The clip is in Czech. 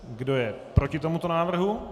Kdo je proti tomuto návrhu?